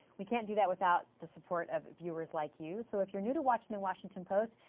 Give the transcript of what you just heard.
we can't do that without the support of viewers like you so if you're new to watching the washington post,